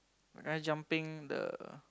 the guy jumping the